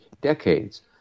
decades